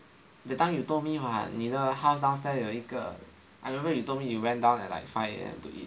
that time you told me [what] 你的 house downstairs 有一个 I remember you told me you went down at like five A_M to eat